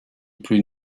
plus